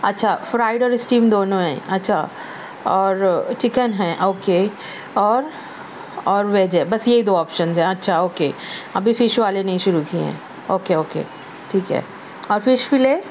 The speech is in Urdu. اچھا فرائڈ اور اسٹیم دونوں ہیں اچھا اور چکن ہے او کے اور اور ویج ہے بس یہی دو آپشنز ہیں اچھا او کے ابھی فش والے نہیں شروع کیے ہیں او کے او کے ٹھیک ہے اور فش فلے